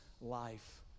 life